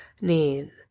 need